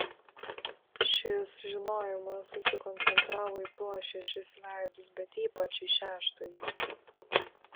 šis žinojimas susikoncentravo į tuos šešis veidus bet ypač į šeštąjį